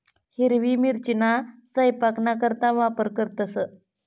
हिरवी मिरचीना सयपाकना करता वापर करतंस